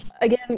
again